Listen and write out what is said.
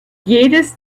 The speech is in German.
jedes